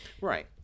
Right